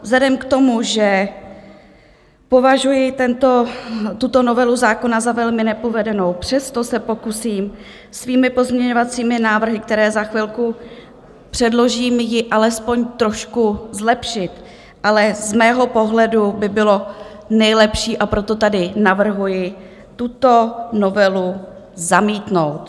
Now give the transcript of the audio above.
Vzhledem k tomu, že považuji tuto novelu zákona za velmi nepovedenou, přesto se pokusím svými pozměňovacími návrhy, které za chvilku předložím, ji alespoň trošku zlepšit, ale z mého pohledu by bylo nejlepší, a proto tady navrhuji, tuto novelu zamítnout.